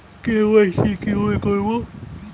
KYC কিভাবে করব?